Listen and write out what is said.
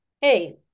hey